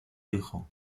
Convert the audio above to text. hijo